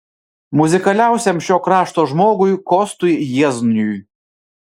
muzikaliausiam šio krašto žmogui kostui jiezniui